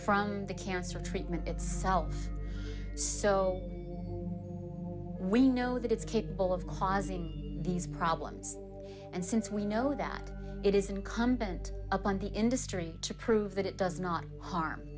from the cancer treatment itself so we know that it's capable of causing these problems and since we know that it is incumbent upon the industry to prove that it does not harm